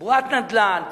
בועת נדל"ן,